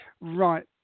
right